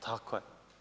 Tako je.